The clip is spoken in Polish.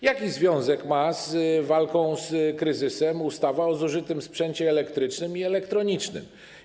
Jaki związek ma z walką z kryzysem ustawa o zużytym sprzęcie elektrycznym i elektronicznym?